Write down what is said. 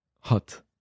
Hot